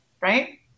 right